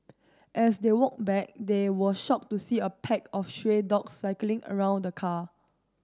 as they walked back they were shocked to see a pack of stray dogs circling around the car